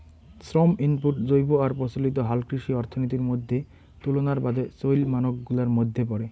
শ্রম ইনপুট জৈব আর প্রচলিত হালকৃষি অর্থনীতির মইধ্যে তুলনার বাদে চইল মানক গুলার মইধ্যে পরে